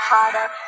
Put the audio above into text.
Hotter